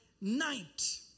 night